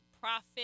profit